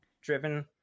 driven